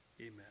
Amen